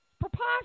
Preposterous